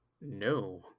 no